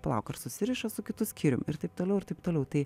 plauk ar susiriša su kitu skyrium ir taip toliau ir taip toliau tai